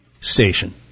Station